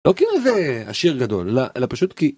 לא כי איזה עשיר גדול, אלא פשוט כי...